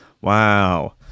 Wow